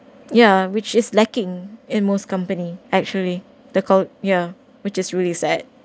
ya which is lacking in most company actually the call~ ya which is really sad